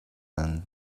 and